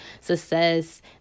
success